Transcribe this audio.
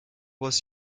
was